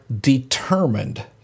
determined